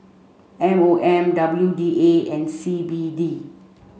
M O M W D A and C B D